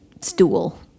stool